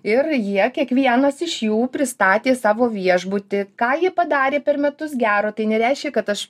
ir jie kiekvienas iš jų pristatė savo viešbutį ką ji padarė per metus gero tai nereiškia kad aš